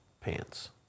pants